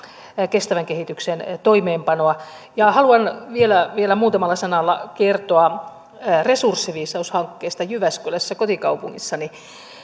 kestävän kehityksen toimeenpanoa haluan vielä muutamalla sanalla kertoa resurssiviisaushankkeesta jyväskylässä kotikaupungissani